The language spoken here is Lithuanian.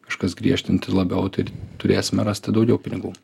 kažkas griežtinti labiau tai ir turėsime rasti daugiau pinigų